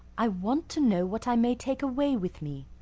i want to know what i may take away with me.